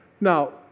Now